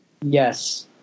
Yes